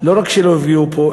לא רק שלא יפגעו פה,